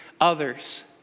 others